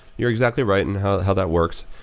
you're exactly right in how how that works.